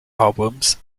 albums